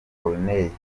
corneille